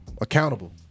Accountable